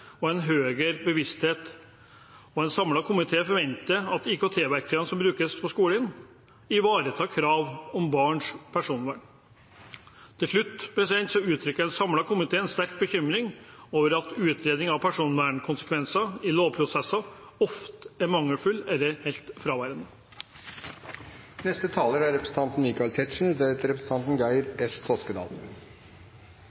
og en høyere bevissthet, og en samlet komité forventer at IKT-verktøyene som brukes på skolene, ivaretar krav om barns personvern. Til slutt uttrykker en samlet komité sterk bekymring over at utredningene av personvernkonsekvenser i lovprosesser ofte er mangelfulle eller helt fraværende. Datatilsynet – og Personvernnemnda – ivaretar veldig viktige funksjoner i vernet av personopplysninger, men det er